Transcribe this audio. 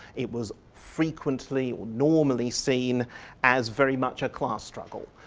it was frequently, or normally, seen as very much a class struggle.